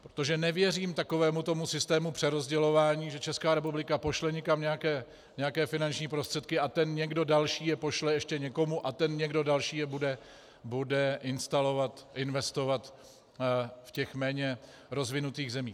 Protože nevěřím tomu systému přerozdělování, že Česká republika pošle někam nějaké finanční prostředky a ten někdo další je pošle ještě někomu a ten někdo další je bude instalovat, investovat v méně rozvinutých zemích.